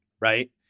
right